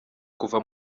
kuva